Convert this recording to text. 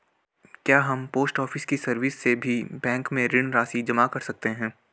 क्या हम post office की सर्विस से भी बैंक में ऋण राशि जमा कर सकते हैं?